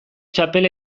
txapel